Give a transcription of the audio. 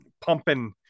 pumping